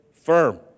firm